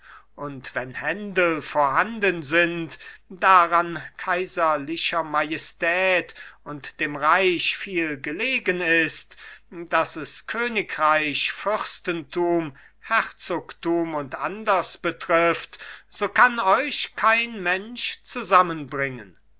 und wenn händel vorhanden sind daran kaiserlicher majestät und dem reich viel gelegen ist daß es königreich fürstentum herzogtum und anders betrifft so kann euch kein mensch zusammenbringen